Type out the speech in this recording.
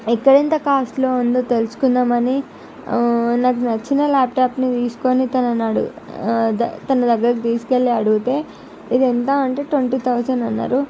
ఇక్కడ ఎంత కాస్టులో ఉందో తెలుసుకుందాం అని నాకు నచ్చిన ల్యాప్టాప్ను తీసుకొని తనని అడుగు తన దగ్గరికి తీసుకెళ్ళి అడిగితే ఇది ఎంత అంటే ట్వంటీ థౌసండ్ అన్నారు